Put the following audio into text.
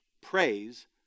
Praise